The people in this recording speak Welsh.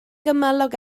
gymylog